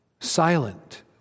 silent